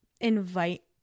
invite